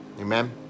Amen